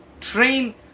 train